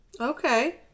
Okay